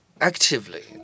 actively